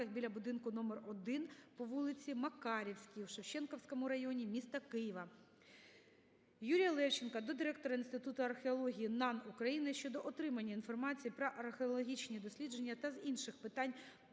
біля будинку №1 по вулиці Макарівській у Шевченківському районі міста Києва. ЮріяЛевченка до директора Інституту археології НАН України щодо отримання інформації про археологічні дослідження та з інших питань